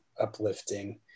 uplifting